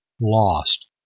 lost